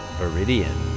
viridian